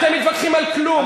אתם מתווכחים על כלום,